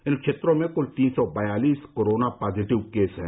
इन क्षेत्रों में क्ल तीन सौ बयालीस कोरोना पॉजिटिव केस हैं